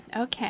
Okay